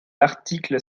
l’article